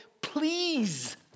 please